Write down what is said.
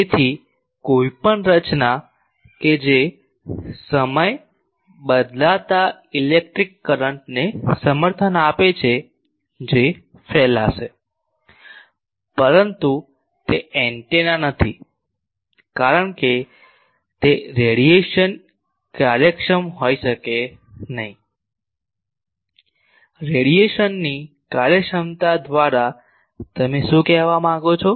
તેથી કોઈપણ રચના કે જે સમય બદલાતા ઇલેક્ટ્રિક કરંટ ને સમર્થન આપે છે જે ફેલાશે પરંતુ તે એન્ટેના નથી કારણ કે તે રેડીએશન કાર્યક્ષમ હોઇ શકે નહીં રેડીએશનની કાર્યક્ષમતા દ્વારા તમે શું કહેવા માંગો છો